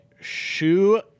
shoe